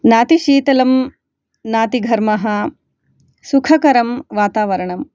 नातिशीतलं नातिघर्मः सुखकरं वातावरणं